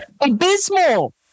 Abysmal